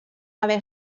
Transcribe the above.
haver